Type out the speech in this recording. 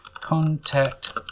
contact